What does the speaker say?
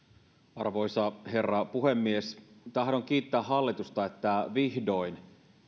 arvoisa herra puhemies tahdon kiittää hallitusta että vihdoin